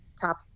top